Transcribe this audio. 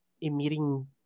emitting